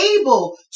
able